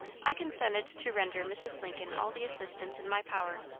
i consented to render mrs. lincoln all the assistance in my power,